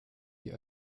die